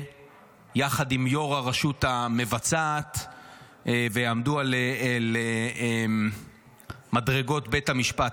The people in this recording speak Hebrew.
יחד עם ראש הרשות המבצעת ויעמדו על מדרגות בית המשפט.